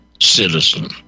citizen